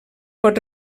pot